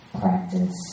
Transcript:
practice